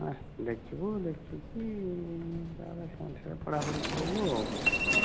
ଆଃ ଦେଖିବୁ ଦେଖିକି ତା'ପରେ ସେହି ଅନୁସାରେ ପଢ଼ା ପଢ଼ି କରିବୁ ଆଉ